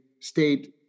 state